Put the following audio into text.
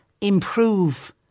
improve